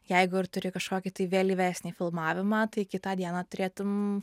jeigu ir turi kažkokį tai vėlyvesnį filmavimą tai kitą dieną turėtum